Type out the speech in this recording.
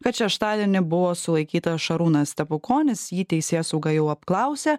kad šeštadienį buvo sulaikyta šarūnas stepukonis jį teisėsauga jau apklausė